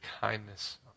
kindness